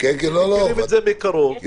שמכירים את זה מקרוב.